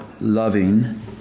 loving